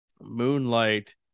Moonlight